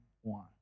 one